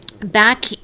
back